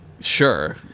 Sure